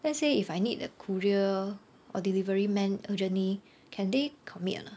let's say if I need a courier or delivery man urgently can they commit or not